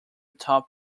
top